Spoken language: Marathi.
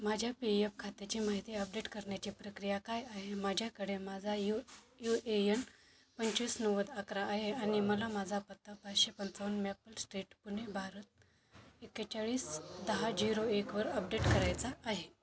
माझ्या पी यफ खात्याची माहिती अपडेट करण्याची प्रक्रिया काय आहे माझ्याकडे माझा यू यू ए यन पंचवीस नव्वद अकरा आहे आणि मला माझा पत्ता पाचशे पंचावन्न मेपल स्ट्रीट पुणे भारत एकेचाळीस दहा झिरो एकवर अपडेट करायचा आहे